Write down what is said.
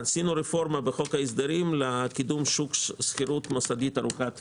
עשינו רפורמה בחוק ההסדרים לקידום שוק שכירות מוסדית ארוכת טווח.